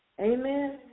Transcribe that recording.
Amen